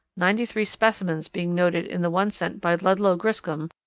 ninety-three specimens being noted in the one sent by ludlow griscom,